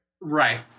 Right